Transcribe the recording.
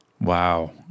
Wow